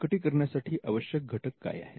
प्रकटीकरणा साठी आवश्यक घटक काय आहेत